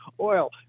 oil